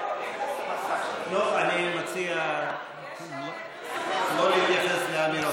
אני מציע לא להתייחס לאמירות.